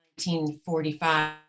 1945